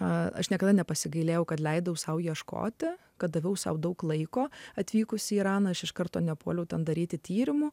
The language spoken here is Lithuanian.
aš niekada nepasigailėjau kad leidau sau ieškoti kad daviau sau daug laiko atvykusi į iraną aš iš karto nepuoliau ten daryti tyrimo